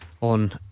On